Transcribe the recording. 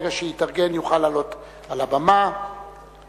ברגע שהוא יתארגן הוא יוכל לעלות על הבמה ולהשיב